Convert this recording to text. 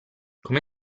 come